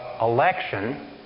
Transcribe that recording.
election